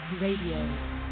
Radio